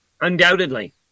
Undoubtedly